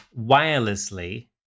wirelessly